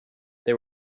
they